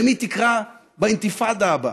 למי תקרא באינתיפאדה הבאה?